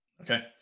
Okay